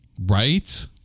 Right